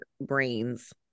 brains